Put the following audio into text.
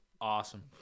awesome